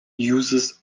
uses